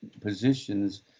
positions